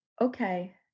okay